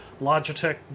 Logitech